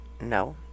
No